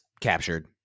captured